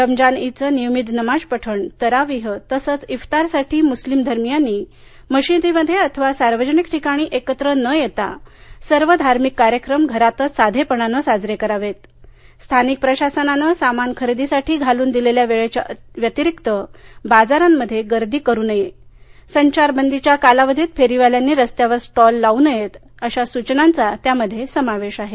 रमजान ईद चं नियमित नमाज पठण तरावीह तसेच इफ्तारसाठी मुस्लिम धर्मीयांनी मशिदीमध्ये अथवा सार्वजनिक ठिकाणी एकत्र न येता सर्व धार्मिक कार्यक्रम घरातच साधेपणाने साजरे करावेत स्थानिक प्रशासनानं सामान खरेदीसाठी घालून दिलेल्या वेळेच्या व्यतिरिक्त बाजारामध्ये गर्दी करु नये संचारबंदीच्या कालावधीत फेरीवाल्यांनी रस्त्यावर स्टॉल लावू नयेत अशा सूचनांचा त्यामध्ये समावेश आहे